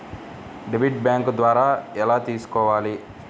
Debit bank ద్వారా ఎలా తీసుకోవాలి?